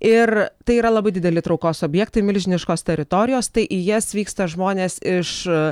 ir tai yra labai dideli traukos objektai milžiniškos teritorijos tai į jas vyksta žmonės iš